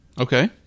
okay